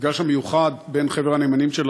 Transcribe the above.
חברי חברי הכנסת,